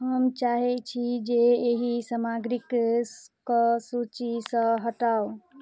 हम चाहै छी जे एहि सामग्रीके सूची सऽ हटाउ